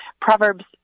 Proverbs